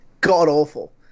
god-awful